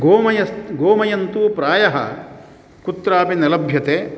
गोमयन्तु प्रायः कुत्रापि न लभ्यते